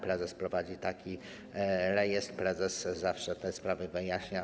Prezes prowadzi taki rejestr, prezes zawsze te sprawy wyjaśnia.